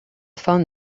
phone